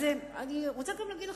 אז אני רוצה גם להגיד לך,